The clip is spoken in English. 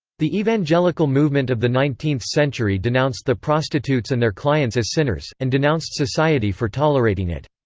the evangelical movement of the nineteenth century denounced the prostitutes and their clients as sinners, and denounced society for tolerating it.